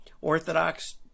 Orthodox